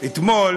אתמול